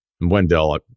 Wendell